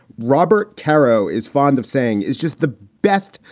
robert caro is fond of saying it's just the best,